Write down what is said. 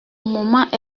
moment